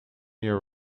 year